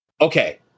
okay